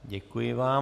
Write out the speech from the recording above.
Děkuji vám.